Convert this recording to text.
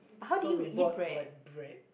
so we bought like bread